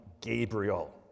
Gabriel